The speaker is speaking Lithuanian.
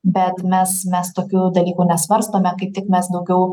bet mes mes tokių dalykų nesvarstome kaip tik mes daugiau